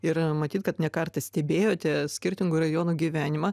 ir matyt kad ne kartą stebėjote skirtingų rajonų gyvenimą